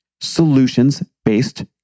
solutions-based